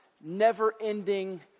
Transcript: never-ending